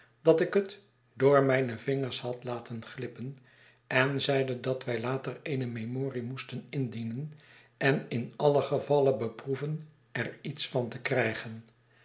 dat ik het door mijne vingers had laten glippen en zeide dat wij later eene memorie moesten indienen en in alien gevalle beproeven er iets van te krijgen